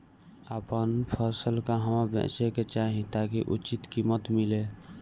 आपन फसल कहवा बेंचे के चाहीं ताकि उचित कीमत मिली?